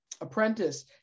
apprentice